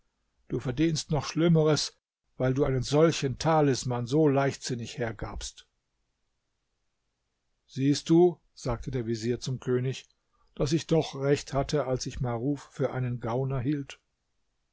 du verdienst noch schlimmeres weil du einen solchen talisman so leichtsinnig hergabst siehst du sagte der vezier zum könig daß ich doch recht hatte als ich maruf für einen gauner hielt